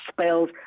spells